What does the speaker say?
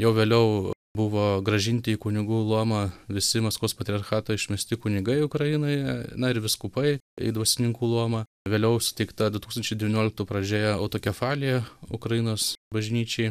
jau vėliau buvo grąžinti į kunigų luomą visi maskvos patriarchato išmesti pinigai ukrainoje na ir vyskupai į dvasininkų luomą vėliau suteikta du tūkstančiai devynioliktų pradžioje autokefalija ukrainos bažnyčiai